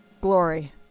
glory